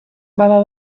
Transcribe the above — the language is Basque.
baba